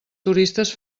turistes